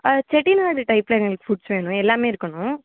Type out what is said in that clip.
செட்டிநாடு டைப்பில் எங்களுக்கு ஃபுட்ஸ் வேணும் எல்லாமே இருக்கணும்